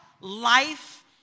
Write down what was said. life